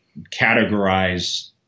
categorize